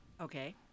Okay